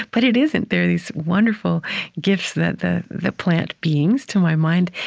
but it isn't. there are these wonderful gifts that the the plant beings, to my mind,